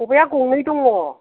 खबाइआ गंनै दङ